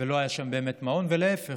ולא היה שם באמת מעון ולהפך,